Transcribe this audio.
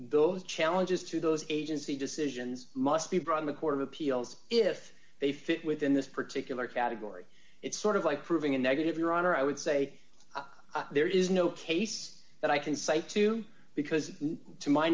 those challenges to those agency decisions must be brought in the court of appeals if they fit within this particular category it's sort of like proving a negative your honor i would say there is no case that i can cite to because to my